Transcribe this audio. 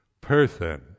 person